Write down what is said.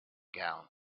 gown